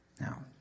Now